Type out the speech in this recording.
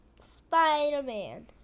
Spider-Man